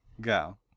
go